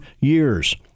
years